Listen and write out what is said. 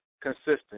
consistent